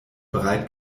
breit